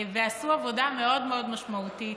ועשו עבודה מאוד מאוד משמעותית,